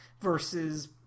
versus